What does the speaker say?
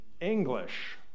English